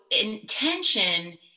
intention